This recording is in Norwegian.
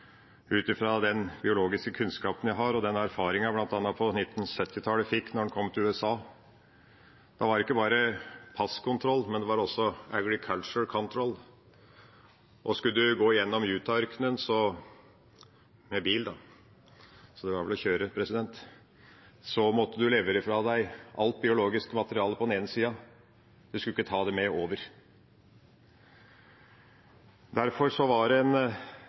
ut fra den biologiske kunnskapen jeg har, og den erfaringen jeg fikk bl.a. på 1970-tallet, da jeg kom til USA. Da var det ikke bare passkontroll, men det var også «agricultural control». Skulle en gå gjennom Utah-ørkenen – med bil, da, så det var vel å kjøre – måtte en levere fra seg alt biologisk materiale på den ene sida. En skulle ikke ta det med over. Derfor var det stor strid om veterinæravtalen i 1998. Det som var